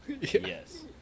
Yes